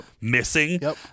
missing